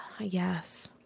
Yes